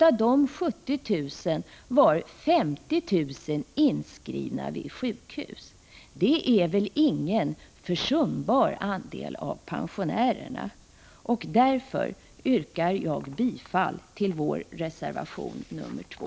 Av dessa var 50 000 inskrivna vid sjukhus. Det är väl inte en försumbar andel pensionärer. Jag yrkar bifall till vår reservation nr 2.